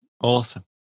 Awesome